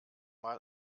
mal